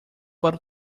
para